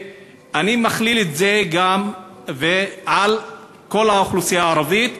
אני מחיל את זה גם על כל האוכלוסייה הערבית,